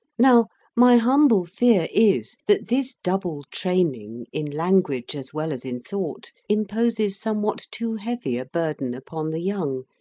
now my humble fear is that this double training, in language as well as in thought, imposes somewhat too heavy a burden upon the young,